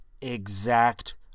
exact